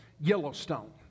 Yellowstone